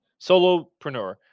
solopreneur